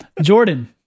Jordan